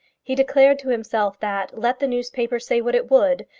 he declared to himself that, let the newspaper say what it would,